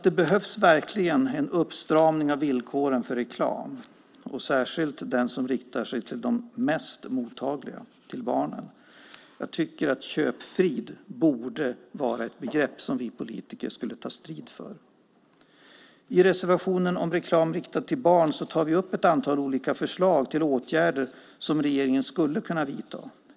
Det behövs verkligen en uppstramning av villkoren för reklam och särskilt för den som riktar sig till de mest mottagliga, till barnen. Köpfrid borde vara ett begrepp som vi politiker skulle kunna ta strid för. I reservationen om reklam riktad till barn tar vi upp ett antal olika förslag till åtgärder som regeringen skulle kunna vidta.